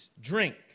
drink